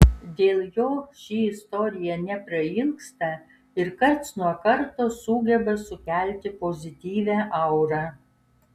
dėl jo ši istorija neprailgsta ir karts nuo karto sugeba sukelti pozityvią aurą